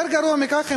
יותר גרוע מכך,